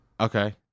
okay